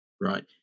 right